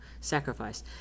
sacrifice